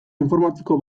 informatiko